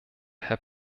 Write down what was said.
herr